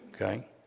okay